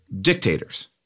dictators